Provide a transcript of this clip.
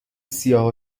سیاه